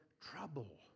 trouble